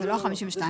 לא ה-52 אחוזים.